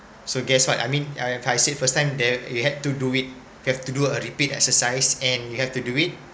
so guess what I mean I said first time there had to do it you have to do a repeat exercise and you have to do it